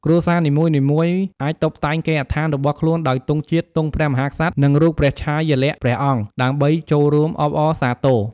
គ្រួសារនីមួយៗអាចតុបតែងគេហដ្ឋានរបស់ខ្លួនដោយទង់ជាតិ ទង់ព្រះមហាក្សត្រ និងរូបព្រះឆាយាល័ក្ខណ៍ព្រះអង្គ ដើម្បីចូលរួមអបអរសាទរ។